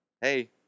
Hey